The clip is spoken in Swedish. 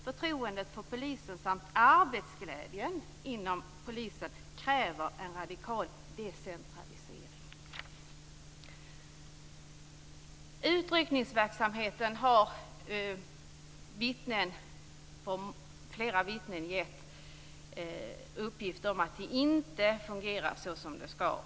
Förtroendet för polisen samt arbetsglädjen inom polisen kräver en radikal decentralisering. Flera vittnen har lämnat uppgifter om att utryckningsverksamheten inte fungerar som den skall.